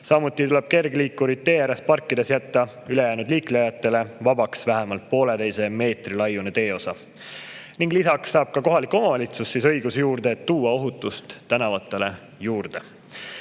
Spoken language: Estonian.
Samuti tuleb kergliikurit tee ääres parkides jätta ülejäänud liiklejatele vabaks vähemalt pooleteise meetri laiune teeosa. Lisaks saab kohalik omavalitsus rohkem õigusi, et tuua ohutust tänavatele juurde.